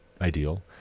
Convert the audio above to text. ideal